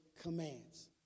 commands